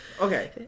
Okay